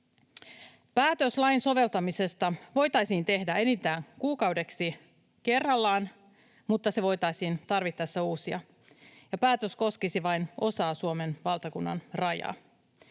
Päätös lain soveltamisesta voitaisiin tehdä enintään kuukaudeksi kerrallaan, mutta se voitaisiin tarvittaessa uusia, ja päätös koskisi vain osaa Suomen valtakunnan rajasta.